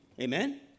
Amen